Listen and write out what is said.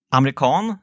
Amerikan